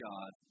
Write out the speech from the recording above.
God